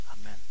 Amen